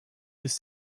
this